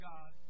God